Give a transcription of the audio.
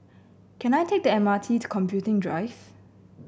can I take the M R T to Computing Drive